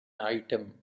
item